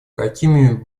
какими